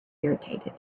irritated